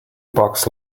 bucks